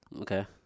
Okay